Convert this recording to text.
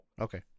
okay